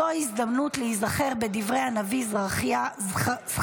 זו ההזדמנות להיזכר בדברי הנביא זכריה: